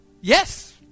Yes